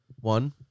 One